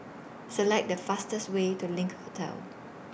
Select The fastest Way to LINK Hotel